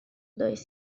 dois